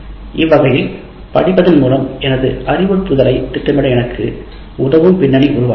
இவ்வகையில் படிப்பதன் மூலம் எனது அறிவுறுத்தலைத் திட்டமிட எனக்கு உதவும் பின்னணி உருவாகிறது